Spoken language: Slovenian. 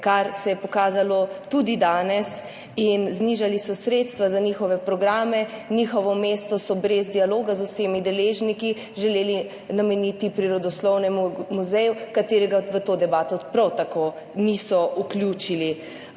kar se je pokazalo tudi danes, in znižali so sredstva za njihove programe, njihovo mesto so brez dialoga z vsemi deležniki želeli nameniti Prirodoslovnemu muzeju, katerega v to debato prav tako niso vključili.